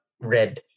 red